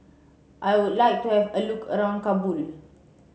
I would like to have a look around Kabul